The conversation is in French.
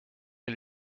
est